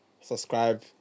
subscribe